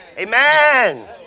Amen